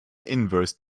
inverse